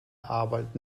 arbeit